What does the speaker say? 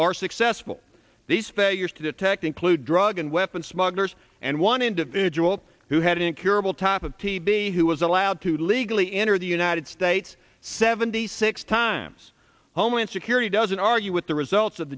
are successful these failures to detect include drug and weapons smugglers and one individual who had an curable top of tb who was allowed to legally enter the united states seventy six times homeland security doesn't argue with the results of